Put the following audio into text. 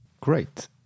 Great